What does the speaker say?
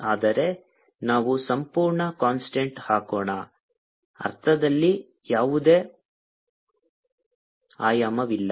ಆದರೆ ನಾವು ಸಂಪೂರ್ಣ ಕಾನ್ಸ್ಟಂಟ್ ಹಾಕೋಣ ಅರ್ಥದಲ್ಲಿ ಯಾವುದೇ ಆಯಾಮವಿಲ್ಲ